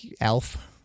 elf